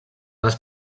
les